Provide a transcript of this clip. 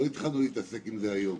לא התחלנו לעסוק בזה היום.